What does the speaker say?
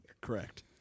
correct